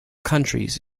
countries